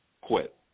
quit